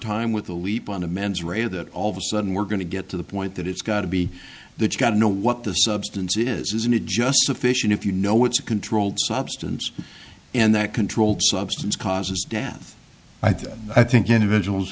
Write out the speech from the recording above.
time with a leap on the mens rea that all of a sudden we're going to get to the point that it's got to be that you got to know what the substance is isn't it just sufficient if you know it's a controlled substance and that controlled substance causes death i think i think individuals